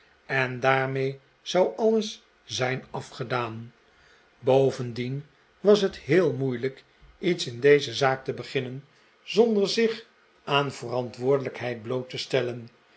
en daarmee zou alles zijn afgedaan bovendien was het heel moeilijk iets in deze zaak te beginnen zonder zich aan verantwoordelijkheid bloot te stellen